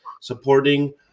supporting